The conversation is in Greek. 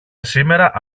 σήμερα